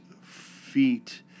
feet